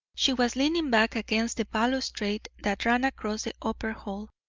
she was leaning back against the balustrade that ran across the upper hall,